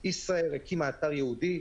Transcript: ישראייר הקימה אתר ייעודי.